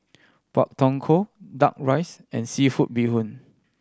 Pak Thong Ko Duck Rice and seafood bee hoon